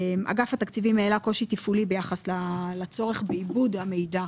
אגף התקציבים העלה קושי תפעולי ביחס לצורך בעיבוד המידע,